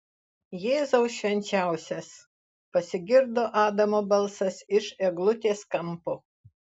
jėzau švenčiausias pasigirdo adamo balsas iš eglutės kampo